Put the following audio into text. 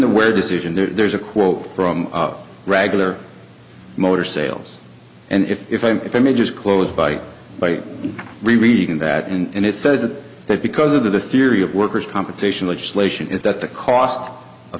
the where decision there's a quote from regular motor sales and if i if i may just close by by reading that and it says that because of the theory of workers compensation legislation is that the cost of